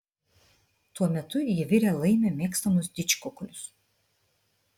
tuo metu ji virė laimio mėgstamus didžkukulius